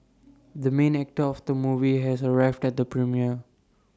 the main actor of the movie has arrived at the premiere